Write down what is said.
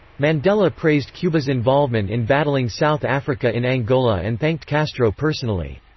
mandela praised cuba's involvement in battling south africa in angola and thanked castro personally.